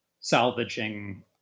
salvaging